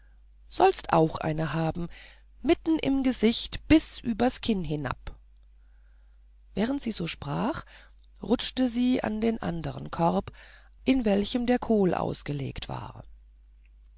sollst auch eine haben mitten im gesicht bis übers kinn herab während sie so sprach rutschte sie an den anderen korb in welchem kohl ausgelegt war